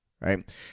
Right